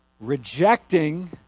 rejecting